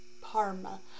parma